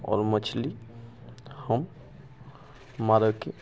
आओर मछली हम मारैके